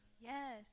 Yes